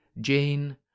Jane